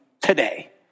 today